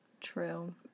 True